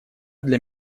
для